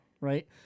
right